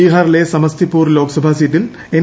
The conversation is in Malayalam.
ബീഹാറിലെ സമസ്തിപൂർ ലോക്സഭാസീറ്റിൽ എൻ